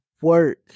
work